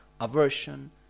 aversion